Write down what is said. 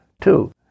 Two